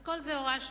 את כל זה הורשנו,